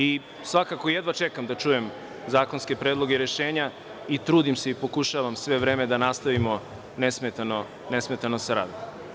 I, svakako, jedva čekam da čujem zakonske predloge i rešenja i trudim se i pokušavam sve vreme da nastavimo nesmetano sa radom.